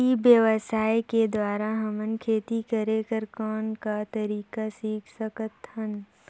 ई व्यवसाय के द्वारा हमन खेती करे कर कौन का तरीका सीख सकत हन?